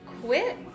quit